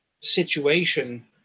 situation